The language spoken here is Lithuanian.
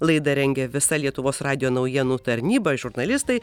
laidą rengė visa lietuvos radijo naujienų tarnyba žurnalistai